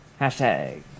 Hashtag